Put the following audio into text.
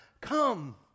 come